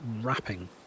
wrapping